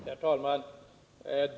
Herr talman!